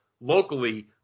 locally